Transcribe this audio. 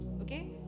okay